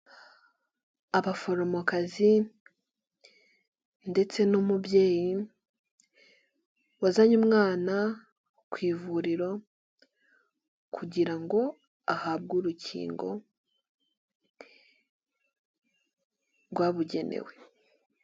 Abaforomokazi ndetse n'umubyeyi wazanye umwana ku ivuriro kugira ngo ahabwe urukingo rwabugenewe.